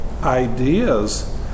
ideas